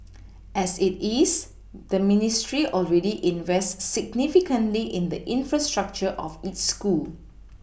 as it is the ministry already invests significantly in the infrastructure of each school